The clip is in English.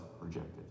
rejected